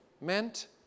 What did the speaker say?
meant